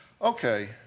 Okay